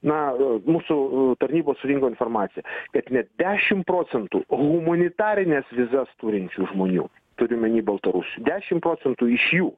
na mūsų tarnybos surinko informaciją kad net dešim procentų humanitarines vizas turinčių žmonių turiu omeny baltarusių dešim procentų iš jų